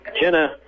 Jenna